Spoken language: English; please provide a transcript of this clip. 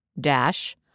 dash